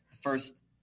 first